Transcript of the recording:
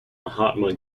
mahatma